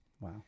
Wow